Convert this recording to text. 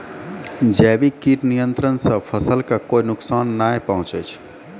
जैविक कीट नियंत्रण सॅ फसल कॅ कोय नुकसान नाय पहुँचै छै